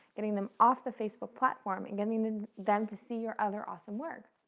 getting them off the facebook platform and getting and them to see your other awesome work.